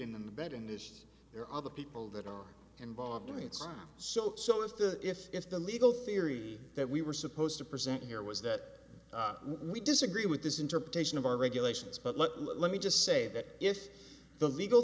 in the bed and is there other people that are involved in the it's so so if the if if the legal theory that we were supposed to present here was that we disagree with this interpretation of our regulations but let me just say that if the legal